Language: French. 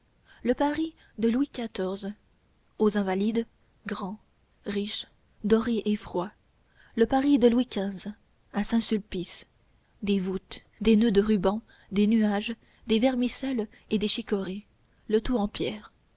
le paris de louis xiv aux invalides grand riche doré et froid le paris de louis xv à saint-sulpice des volutes des noeuds de rubans des nuages des vermicelles et des chicorées le tout en pierre